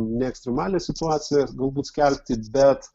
ne ekstremalią situaciją galbūt skelbti bet